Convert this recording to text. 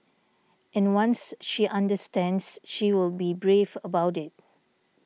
and once she understands she will be brave about it